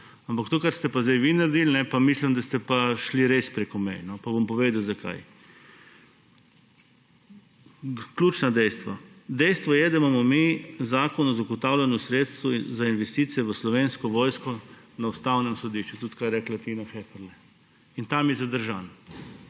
Ampak s tem, kar ste pa zdaj vi naredili, pa mislim, da ste res šli preko meje. Pa bom povedal, zakaj. Ključna dejstva. Dejstvo je, da imamo mi Zakon o zagotavljanju sredstev za investicije v Slovensko vojsko na Ustavnem sodišču, kar je tudi rekla Tina Heferle. Tam je zadržan.